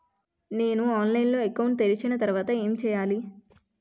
నేను ఆన్లైన్ లో అకౌంట్ తెరిచిన తర్వాత ఏం చేయాలి?